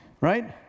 right